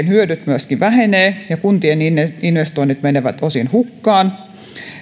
hyödyt vähenevät ja kuntien investoinnit menevät osin hukkaan